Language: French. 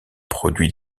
produit